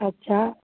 अच्छा